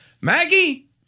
Maggie